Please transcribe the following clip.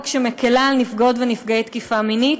שמקילה על נפגעות ונפגעי תקיפה מינית.